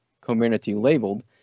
community-labeled